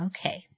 Okay